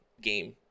game